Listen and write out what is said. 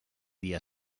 dia